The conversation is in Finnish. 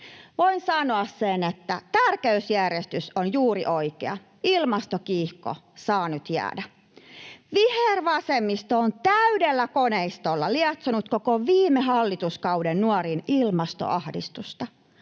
Voin sanoa sen, että tärkeysjärjestys on juuri oikea — ilmastokiihko saa nyt jäädä. Vihervasemmisto on täydellä koneistolla lietsonut koko viime hallituskauden nuoriin ilmastoahdistusta